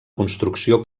construcció